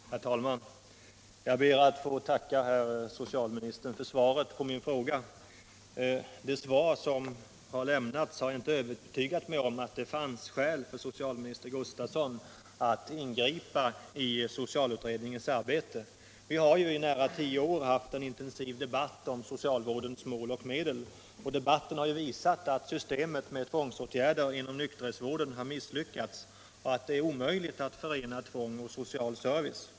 Herr talman! Jag ber att få tacka herr socialministern för svaret på min fråga. Det har emellertid inte övertygat mig om att det fanns skäl för socialminister Gustavsson att ingripa i socialutredningens arbete. Vi har i nära tio år haft en intensiv debatt om socialvårdens mål och medel. Debatten har visat att systemet med tvångsåtgärder inom nykterhetsvården har misslyckats och att det är omöjligt att förena tvång och social service.